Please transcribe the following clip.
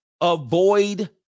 avoid